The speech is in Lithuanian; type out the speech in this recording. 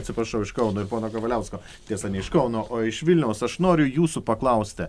atsiprašau iš kauno ir pono kavaliausko tiesa ne iš kauno o iš vilniaus aš noriu jūsų paklausti